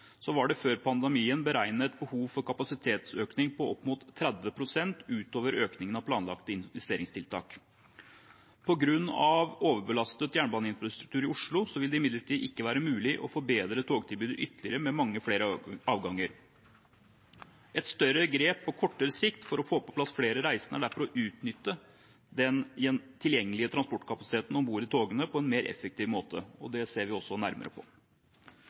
var det før pandemien beregnet et behov for kapasitetsøkning på opp mot 30 pst. utover økningen av planlagte investeringstiltak. På grunn av overbelastet jernbaneinfrastruktur i Oslo vil det imidlertid ikke være mulig å forbedre togtilbudet ytterligere med mange flere avganger. Et større grep på kortere sikt for å få på plass flere reisende er derfor å utnytte den tilgjengelige transportkapasiteten om bord i togene på en mer effektiv måte, og det ser vi også nærmere på. Riksrevisjonen peker på